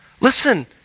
Listen